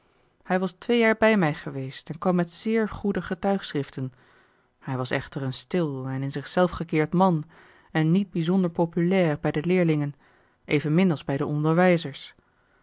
hij was twee jaar bij mij geweest en kwam met zeer goede getuigschriften hij was echter een stil en in zich zelf gekeerd man en niet bijzonder populair bij de leerlingen evenmin als bij de onderwijzers